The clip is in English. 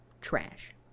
trash